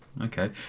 Okay